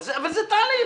אבל זה תהליך,